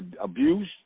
abuse